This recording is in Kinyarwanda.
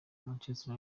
manchester